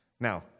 Now